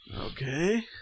Okay